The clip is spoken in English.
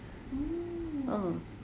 ah